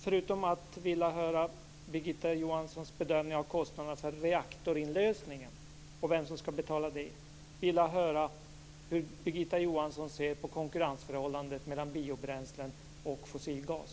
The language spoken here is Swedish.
Förutom att jag vill höra vad som är Birgitta Johanssons bedömning dels av kostnaderna för att lösa in reaktorn, dels av vem som skall betala skulle jag vilja höra hur hon ser på konkurrensförhållandet vad gäller biobränslen och fossilgas.